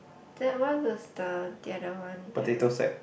that one was the the other one that we